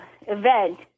event